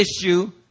issue